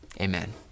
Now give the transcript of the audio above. amen